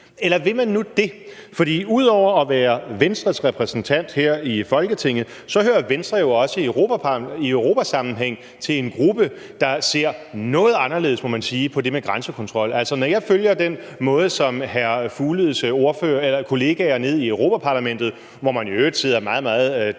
Eller vil man nu det? For ud over at Venstre er repræsenteret her i Folketinget, hører Venstre jo i europasammenhæng til en gruppe, der ser noget anderledes, må man sige, på det med grænsekontrol. Altså, når jeg følger den måde, som hr. Mads Fugledes kollegaer nede i Europa-Parlamentet – hvor man i øvrigt sidder meget, meget tæt